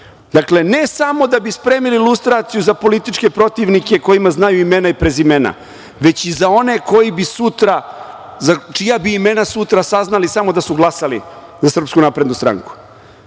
Dakle, ne samo da bi spremili lustraciju za političke protivnike kojima znaju imena i prezimena, već i za one čija bi imena sutra saznali samo da su glasali za SNS. Nije to lustracija